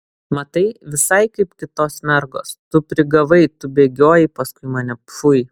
matai visai kaip kitos mergos tu prigavai tu bėgiojai paskui mane pfui